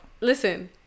Listen